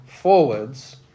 forwards